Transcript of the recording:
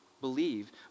believe